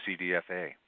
CDFA